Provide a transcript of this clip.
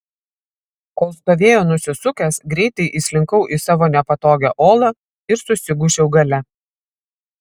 kol stovėjo nusisukęs greitai įslinkau į savo nepatogią olą ir susigūžiau gale